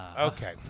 Okay